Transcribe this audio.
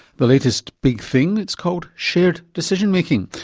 the latest big thing, it's called shared decision making.